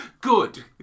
Good